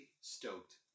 stoked